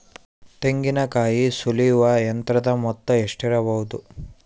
ತೆಂಗಿನಕಾಯಿ ಸುಲಿಯುವ ಯಂತ್ರದ ಮೊತ್ತ ಎಷ್ಟಿರಬಹುದು?